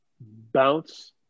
bounce